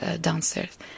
downstairs